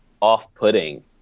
off-putting